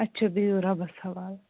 اچھا بِہِو رۄبَس حَوال